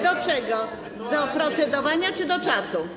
Do czego, do procedowania czy do czasu?